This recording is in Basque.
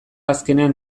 azkenean